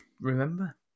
remember